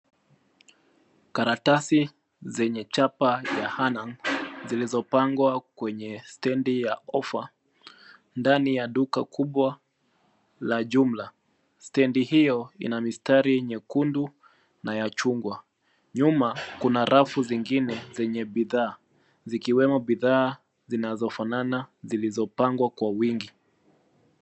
Karatasi zenye chapa ya Hannah zilizopangwa kwenye stendi ya ofa ndani ya duka kubwa la jumla, stendi hiyo ina mistari nyekundu na ya chungwa, nyuma kuna rafu zingine zenye bidhaa zikiwemo bidhaa zinazofanana zilizopangwa kwa wingi.